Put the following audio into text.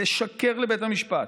לשקר לבית המשפט,